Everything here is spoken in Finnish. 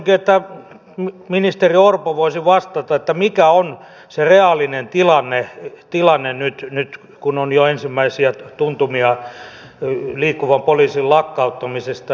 toivoisinkin että ministeri orpo voisi vastata mikä on se reaalinen tilanne nyt kun on jo ensimmäisiä tuntumia liikkuvan poliisin lakkauttamisesta